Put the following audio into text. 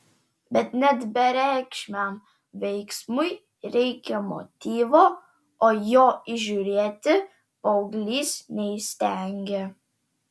bet net bereikšmiam veiksmui reikia motyvo o jo įžiūrėti paauglys neįstengė